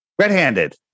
Red-handed